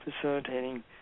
facilitating